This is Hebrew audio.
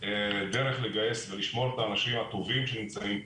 דרך לשמור את האנשים הטובים שנמצאים פה.